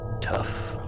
Tough